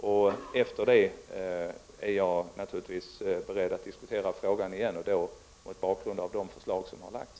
Därefter är jag naturligtvis beredd att diskutera frågan igen mot bakgrund av de förslag som då framlagts.